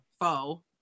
faux